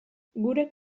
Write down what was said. gure